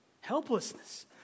helplessness